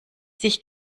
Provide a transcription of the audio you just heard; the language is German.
sich